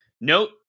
Note